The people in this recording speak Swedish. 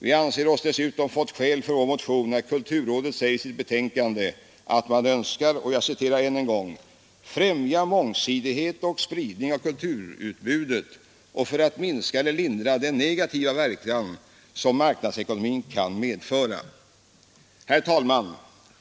Vi anser oss dessutom ha fått skäl för vår motion, när kulturrådet i sitt betänkande säger att man önskar — jag citerar än en gång — ”främja mångsidighet och spridning av kulturutbudet och för att minska eller lindra den negativa verkan som marknadsekonomin kan medföra”. Herr talman!